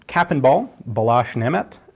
cap and ball, balazs nemeth,